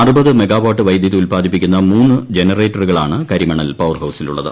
അറുപത് മെഗാവാട്ട് വൈദ്യുതി ഉത്പാദിപ്പിക്കുന്ന മൂന്ന് ജനറേറ്ററുകളാണ് കരിമണൽ പവർഹൌസിലുള്ളത്